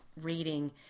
reading